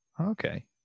okay